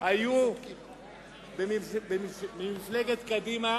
היו במפלגת קדימה